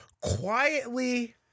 quietly